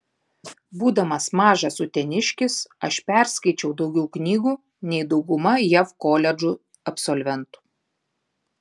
būdamas mažas uteniškis aš perskaičiau daugiau knygų nei dauguma jav koledžų absolventų